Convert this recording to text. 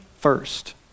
first